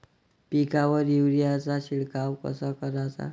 पिकावर युरीया चा शिडकाव कसा कराचा?